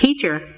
Teacher